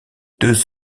deux